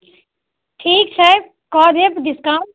ठीक छै कऽ देब डिस्काउंट